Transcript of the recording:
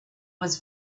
was